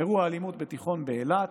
אירוע אלימות בתיכון באילת,